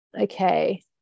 Okay